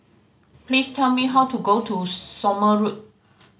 please tell me how to get to Somme Road